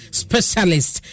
specialist